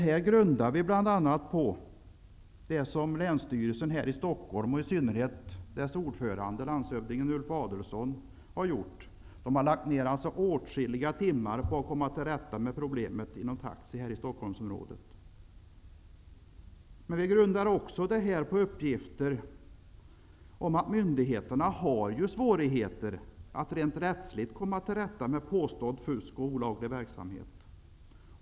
Vi grundar det bl.a. på det som länsstyrelsen i Stockholm, och i synnerhet dess ordförande landshövdingen Ulf Adelsohn, har gjort. De har lagt ner åtskilliga timmar för att komma till rätta med problemet inom taxi här i Vi grundar det också på uppgifter om att myndigheterna har svårigheter att rent rättsligt komma till rätta med påstått fusk och olaglig verksamhet.